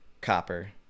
copper